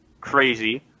crazy